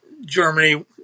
Germany